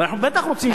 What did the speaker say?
ואנחנו בטח רוצים,